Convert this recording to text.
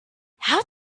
how